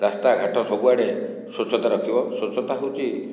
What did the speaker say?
ରାସ୍ତାଘାଟ ସବୁଆଡ଼େ ସ୍ୱଚ୍ଛତା ରଖିବ ସ୍ୱଚ୍ଛତା ହେଉଛି